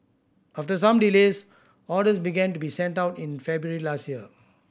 after some delays orders began to be sent out in February last year